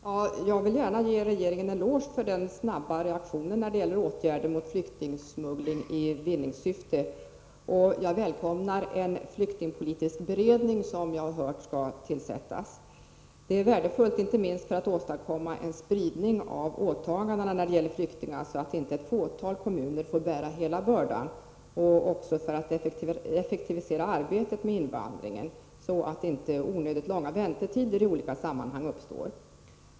Herr talman! Jag vill gärna ge regeringen en eloge för den snabba reaktionen när det gäller åtgärder mot flyktingsmuggling i vinningssyfte, och jag välkomnar en flyktingpolitisk beredning, som jag har hört skall tillsättas. Det är värdefullt inte minst för att åstadkomma en spridning av åtagandena när det gäller flyktingar, så att inte ett fåtal kommuner får bära hela bördan, och också för att effektivisera arbetet med invandringen, så att det inte uppstår onödigt långa väntetider i olika sammanhang.